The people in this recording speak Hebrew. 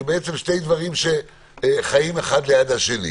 שבעצם שני דברים שחיים זה ליד זה.